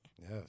Yes